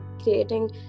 creating